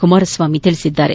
ಕುಮಾರಸ್ವಾಮಿ ಹೇಳಿದ್ದಾರೆ